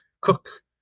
cook